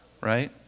right